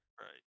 right